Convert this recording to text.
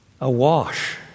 awash